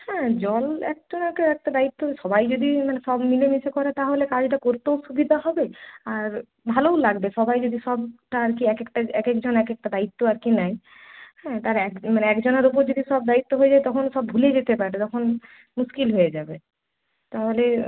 হ্যাঁ জল একটা কেউ একটা দায়িত্ব সবাই যদি মানে সব মিলেমিশে করে তাহলে কাজটা করতেও সুবিধা হবে আর ভালোও লাগবে সবাই যদি সবটা আর কি এক একটা এক একজন এক একটা দায়িত্ব আর কি নেয় হ্যাঁ তার একজন মানে একজনের ওপর যদি সব দায়িত্ব হয়ে যায় তখন সব ভুলে যেতে পারে তখন মুশকিল হয়ে যাবে তাহলে